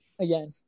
again